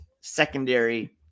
secondary